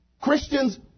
Christians